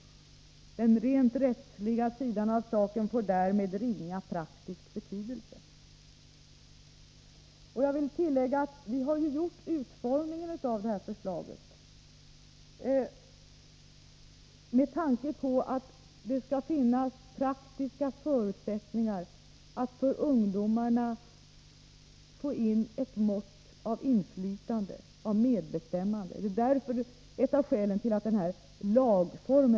Den rent rättsliga sidan av saken får därmed ringa praktisk betydelse.” Jag vill tillägga att vi utformat förslaget med tanke på att det skall finnas praktiska förutsättningar för att få in ett mått av inflytande och medbestämmande för ungdomarna. Det är ett av skälen till att vi har valt just arbetslag.